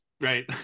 right